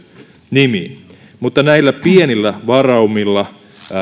nimiin mutta näillä pienillä varaumilla